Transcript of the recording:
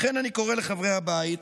לכן אני קורא לחברי הבית,